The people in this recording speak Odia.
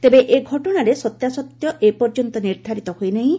ତେବେ ଏ ଘଟଣାର ସତ୍ୟାସତ୍ୟ ଏପର୍ଯ୍ୟନ୍ତ ନିର୍ଦ୍ଧାରିତ ହୋଇ ନାହିଁ